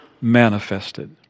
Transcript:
manifested